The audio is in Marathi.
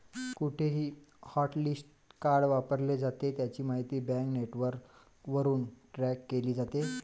कुठेही हॉटलिस्ट कार्ड वापरले जाते, त्याची माहिती बँक नेटवर्कवरून ट्रॅक केली जाते